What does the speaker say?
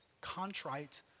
contrite